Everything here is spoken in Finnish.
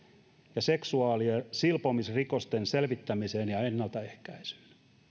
ja seksuaali ja silpomisrikosten selvittämiseen ja ennaltaehkäisyyn